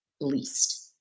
least